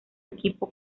equipo